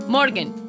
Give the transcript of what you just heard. Morgan